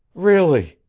really,